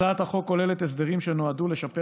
הצעת החוק כוללת הסדרים שנועדו לשפר